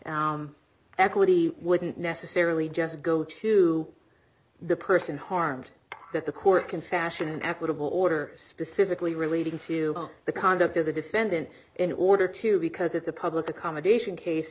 equity wouldn't necessarily just go to the person harmed that the court can fashion an equitable order specifically relating to the conduct of the defendant in order to because it's a public accommodation case